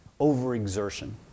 overexertion